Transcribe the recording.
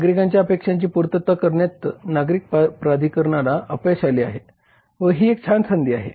नागरिकांच्या अपेक्षांची पूर्तता करण्यात नागरी प्राधिकरणांना अपयश आले आहे व ही एक छान संधी आहे